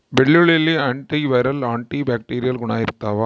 ಬೆಳ್ಳುಳ್ಳಿಯಲ್ಲಿ anti viral anti bacterial ಗುಣ ಇರ್ತಾವ